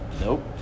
Nope